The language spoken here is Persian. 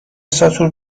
ساتور